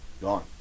gone